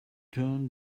turn